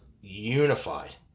unified